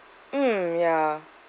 mm ya